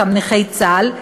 אותם נכי צה"ל,